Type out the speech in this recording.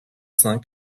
cinq